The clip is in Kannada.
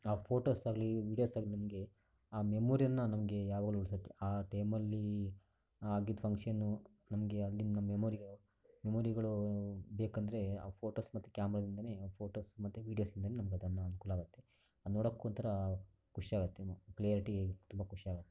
ಆ ಫೋಟೋಸ್ ಆಗಲಿ ವಿಡಿಯೋಸ್ ಆಗಲಿ ನಿಮಗೆ ಆ ಮೆಮೊರಿಯನ್ನು ನಮಗೆ ಯಾವಾಗ್ಲೂ ಉಳ್ಸುತ್ತೆ ಆ ಟೈಮಲ್ಲಿ ಆಗಿದ್ದ ಫಂಕ್ಷನ್ನು ನಮಗೆ ಅಲ್ಲಿಂದ ಮೆಮೊರಿಯೋ ಮೆಮೊರಿಗಳು ಬೇಕೆಂದ್ರೆ ಆ ಫೋಟೋಸ್ ಮತ್ತು ಕ್ಯಾಮ್ರದಿಂದಲೇ ಆ ಫೋಟೋಸ್ ಮತ್ತೆ ವೀಡಿಯೋಸ್ಯಿಂದಲೇ ನಮ್ಗೆ ಅದನ್ನು ಅನುಕೂಲ ಆಗುತ್ತೆ ನೋಡೋಕೆ ಒಂಥರ ಖುಷಿ ಆಗುತ್ತೆ ಏನು ಕ್ಲಿಯರಿಟಿ ತುಂಬ ಖುಷಿ ಆಗತ್ತೆ